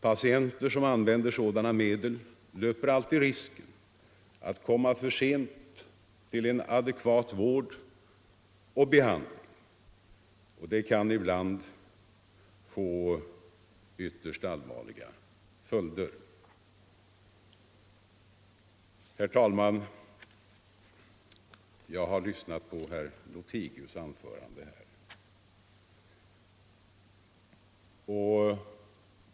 Patienter som använder sådana medel löper alltid risken att komma för sent till en adekvat vård och behandling. Det kan ibland få ytterst allvarliga följder. Herr talman! Jag har lyssnat på herr Lothigius” anförande.